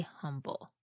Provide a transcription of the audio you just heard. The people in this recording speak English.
humble